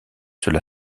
cela